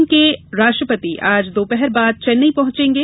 चीन के राष्ट्रपति आज दोपहर बाद चेन्नई पहुंचेंगे